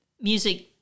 music